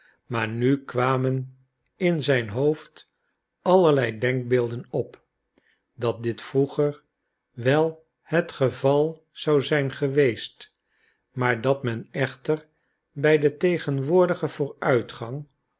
maar nu kwamen in zijn hoofd allerlei denkbeelden op dat dit vroeger wel het geval zou zijn geweest maar dat men echter bij den tegenwoordigen